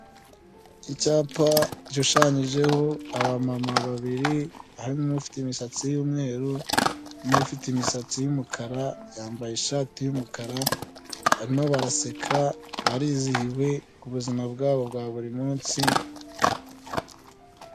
Icyapa gishushanyijeho abamama babiri, harimo ufite imisatsi y'umweru, n'ufite imisatsi y'umukara, yambaye ishati y'umukara, barimo baraseka, barizihiwe, ku buzima bwabo bwa buri munsi;